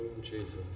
Jesus